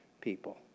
people